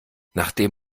nachdem